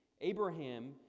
Abraham